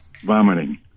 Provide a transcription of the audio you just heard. Vomiting